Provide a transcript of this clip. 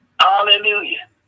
Hallelujah